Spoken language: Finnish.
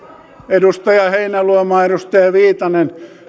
edustaja heinäluoma ja edustaja viitanen